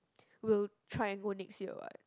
will try and go next year what